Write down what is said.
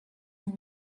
nous